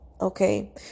okay